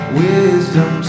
wisdom